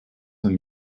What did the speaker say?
and